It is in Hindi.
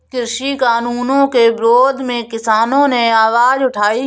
कृषि कानूनों के विरोध में किसानों ने आवाज उठाई